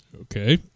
Okay